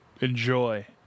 enjoy